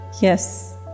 Yes